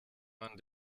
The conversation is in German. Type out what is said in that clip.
man